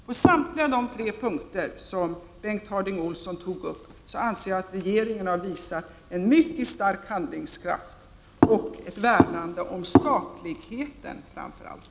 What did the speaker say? På samtliga de tre punkter som Bengt Harding Olson tog upp anser jag att regeringen har visat en mycket stark handlingskraft och ett värnande om framför allt sakligheten.